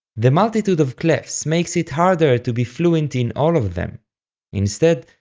the multitude of clefs makes it harder to be fluent in all of them instead,